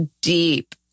deep